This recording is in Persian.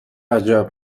عجب